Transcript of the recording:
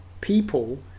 people